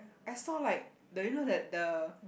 I saw like the you know that the